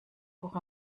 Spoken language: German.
hoch